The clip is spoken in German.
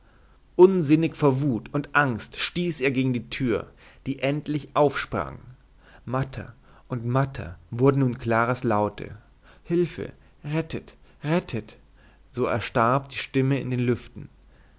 unsinnig vor wut und angst stieß er gegen die tür die endlich aufsprang matter und matter wurden nun claras laute hülfe rettet rettet so erstarb die stimme in den lüften